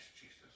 Jesus